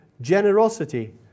Generosity